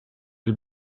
the